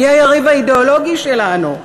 מי היריב האידיאולוגי שלנו.